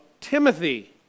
Timothy